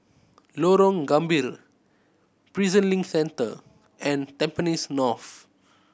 Lorong Gambir Prison Link Centre and Tampines North